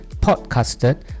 podcasted